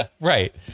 Right